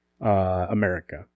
America